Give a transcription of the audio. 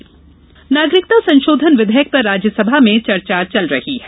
cab सदन नागरिकता संशोधन विधेयक पर राज्यसभा में चर्चा चल रही है